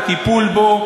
הטיפול בו,